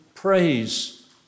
Praise